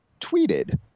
tweeted